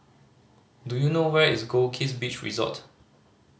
do you know where is Goldkist Beach Resort